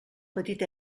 petit